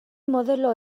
modelo